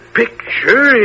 picture